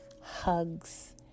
Hugs